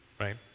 right